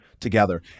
together